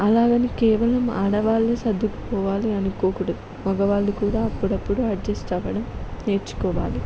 అలాగని కేవలం ఆడవాళ్ళే సర్దుకుపోవాలి అనుకోకూడదు మగవాళ్ళు కూడా అప్పుడప్పుడూ అడ్జస్ట్ అవ్వడం నేర్చుకోవాలి